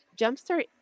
jumpstart